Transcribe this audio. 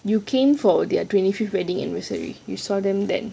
you came for their twenty fifth wedding anniversary you saw them then